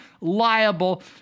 liable